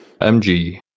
MG